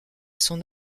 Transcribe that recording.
son